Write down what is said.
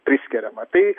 priskiriama tai